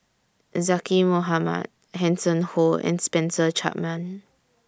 Zaqy Mohamad Hanson Ho and Spencer Chapman